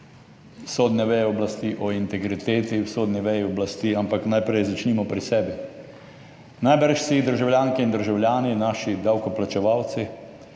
sodne veje oblasti, o integriteti v sodni veji oblasti, ampak najprej začnimo pri sebi. Najbrž si državljanke in državljani, naši davkoplačevalci,